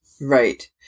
Right